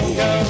go